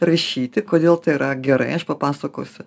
rašyti kodėl tai yra gerai aš papasakosiu